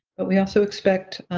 but we also expect